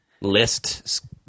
list